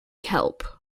kelp